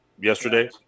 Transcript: yesterday